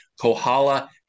Kohala